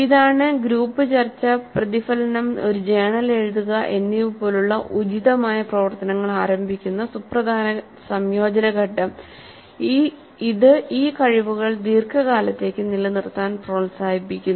ഇതാണ് ഗ്രൂപ്പ് ചർച്ച പ്രതിഫലനം ഒരു ജേണൽ എഴുതുക എന്നിവ പോലുള്ള ഉചിതമായ പ്രവർത്തനങ്ങൾ ആരംഭിക്കുന്ന സുപ്രധാന സംയോജന ഘട്ടംഇത് ഈ കഴിവുകൾ ദീർഘകാലത്തേക്ക് നിലനിർത്താൻ പ്രോത്സാഹിപ്പിക്കുന്നു